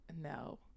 no